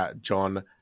John